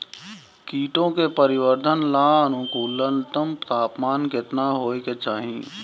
कीटो के परिवरर्धन ला अनुकूलतम तापमान केतना होए के चाही?